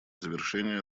завершение